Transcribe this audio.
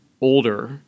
older